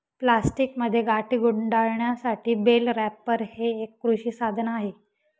प्लास्टिकमध्ये गाठी गुंडाळण्यासाठी बेल रॅपर हे एक कृषी साधन आहे